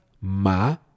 Ma